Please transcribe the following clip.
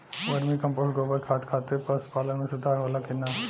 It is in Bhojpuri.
वर्मी कंपोस्ट गोबर खाद खातिर पशु पालन में सुधार होला कि न?